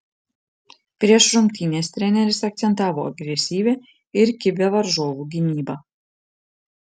prieš rungtynes treneris akcentavo agresyvią ir kibią varžovų gynybą